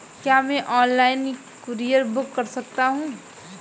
क्या मैं online courier book कर सकता हूँ?